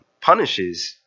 punishes